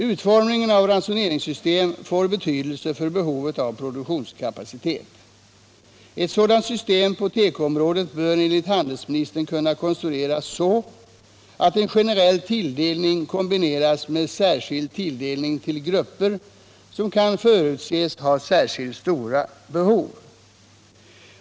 Utformningen av ransoneringssystem får betydelse för behovet av produktionskapacitet. Ett sådant system på tekoområdet bör, enligt handelsministen, kunna konstrueras så att en generell tilldelning kombineras med särskild tilldelning till grupper som kan förutses ha särskilt stora behov.